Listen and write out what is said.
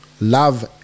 love